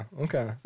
okay